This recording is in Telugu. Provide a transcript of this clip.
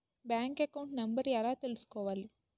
బ్యాంక్ అకౌంట్ నంబర్ ఎలా తీసుకోవాలి?